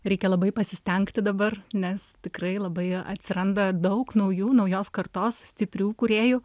reikia labai pasistengti dabar nes tikrai labai atsiranda daug naujų naujos kartos stiprių kūrėjų